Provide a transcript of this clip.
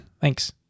Thanks